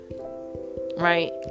right